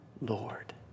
Lord